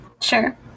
Sure